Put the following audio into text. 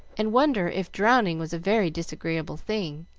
and wonder if drowning was a very disagreeable thing.